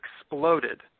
exploded